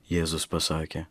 jėzus pasakė